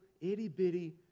itty-bitty